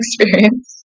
experience